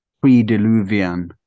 pre-Diluvian